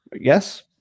Yes